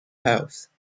house